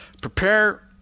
prepare